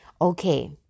okay